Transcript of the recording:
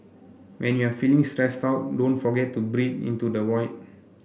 when you are feeling stressed out don't forget to breathe into the void